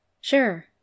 Sure